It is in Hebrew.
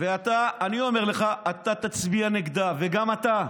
ואתה, אני אומר לך, אתה תצביע נגדה, וגם אתה.